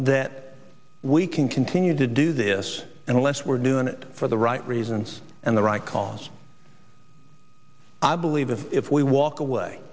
that we can continue to do this unless we're doing it for the right reasons and the right cause i believe if we walk away